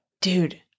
Dude